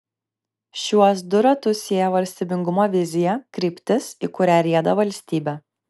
šiuos du ratus sieja valstybingumo vizija kryptis į kurią rieda valstybė